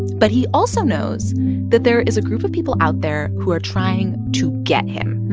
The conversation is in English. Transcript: but he also knows that there is a group of people out there who are trying to get him.